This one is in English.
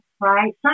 right